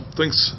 thanks